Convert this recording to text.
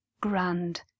Grand